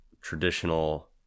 traditional